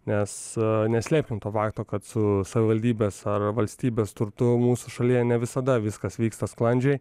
nes neslėpkim to fakto kad su savivaldybės ar valstybės turtu mūsų šalyje ne visada viskas vyksta sklandžiai